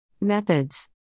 Methods